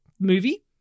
movie